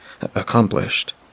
Accomplished